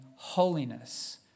holiness